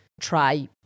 try